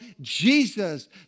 Jesus